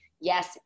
yes